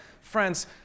friend's